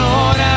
Lord